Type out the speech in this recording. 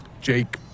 Jake